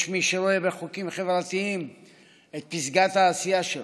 יש מי שרואה בחוקים חברתיים את פסגת העשייה שלו,